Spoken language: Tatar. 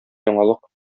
яңалык